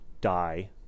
die